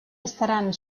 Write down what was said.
estaran